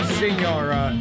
senora